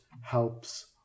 helps